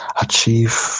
achieve